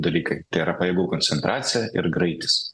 dalykai tai yra pajėgų koncentracija ir greitis